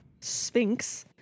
Sphinx